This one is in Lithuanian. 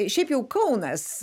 šiaip jau kaunas